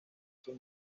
sus